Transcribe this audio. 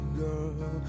girl